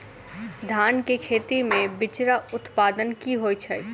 धान केँ खेती मे बिचरा उत्पादन की होइत छी?